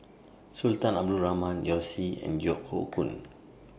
Sultan Abdul Rahman Yao Zi and Yeo Hoe Koon